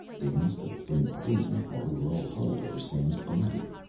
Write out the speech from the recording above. they must have been poisoned while we were all huddled over sam's body.